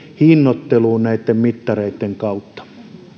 hinnoitteluun näitten mittareitten kautta